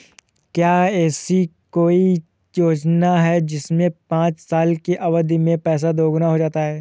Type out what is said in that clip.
क्या ऐसी कोई योजना है जिसमें पाँच साल की अवधि में पैसा दोगुना हो जाता है?